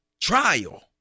trial